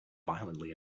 violently